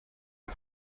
der